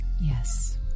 yes